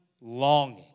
longing